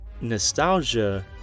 nostalgia